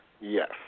Yes